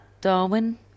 Darwin